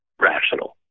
rational